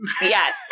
Yes